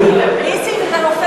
נסים, כשאתה, את